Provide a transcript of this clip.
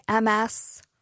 MS